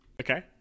Okay